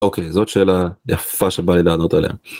אוקיי זאת שאלה יפה שבא לי לענות עליה.